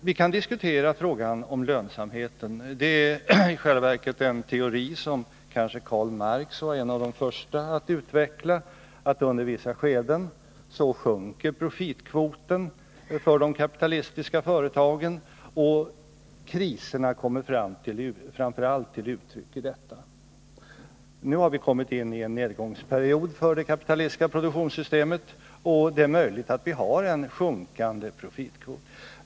Vi kan diskutera frågan om lönsamhet, men i själva verket var Karl Marx kanske en av de första som utvecklade teorin att under vissa skeden sjunker profitkvoten för de kapitalistiska företagen, och kriserna kommer framför allt till uttryck i detta. Nu har vi kommit in i en nedgångsperiod för det kapitalistiska produktionssystemet, och det är möjligt att vi har en sjunkande profitkvot.